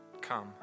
come